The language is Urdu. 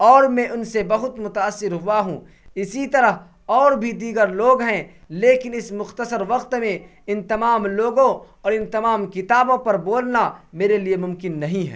اور میں ان سے بہت متأثر ہوا ہوں اسی طرح اور بھی دیگر لوگ ہیں لیکن اس مختصر وقت میں ان تمام لوگوں اور ان تمام کتابوں پر بولنا میرے لیے ممکن نہیں ہے